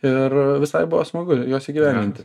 ir visai buvo smagu juos įgyvendinti